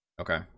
Okay